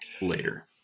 later